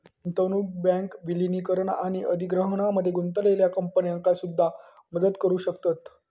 गुंतवणूक बँक विलीनीकरण आणि अधिग्रहणामध्ये गुंतलेल्या कंपन्यांका सुद्धा मदत करू शकतत